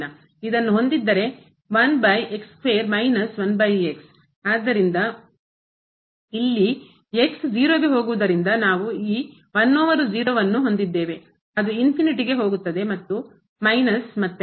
ಇದನ್ನು ಹೊಂದಿದ್ದರೆ ಆದ್ದರಿಂದ ಇಲ್ಲಿ 0 ಗೆ ಹೋಗುವುದರಿಂದ ನಾವು ಈ 1 ಓವರ್ ಛೇದ 0 ಅನ್ನು ಹೊಂದಿದ್ದೇವೆ ಅದು ಗೆ ಹೋಗುತ್ತದೆ ಮತ್ತು ಮೈನಸ್ ಮತ್ತೆ